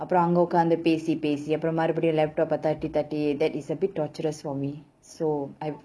அப்புறம் அங்க உட்காந்து பேசி பேசி அப்புறம்:appuram anga utkaanthu pesi pesi appuram laptop ah தட்டி தட்டி:thatti thatti that is a bit torturous for me so I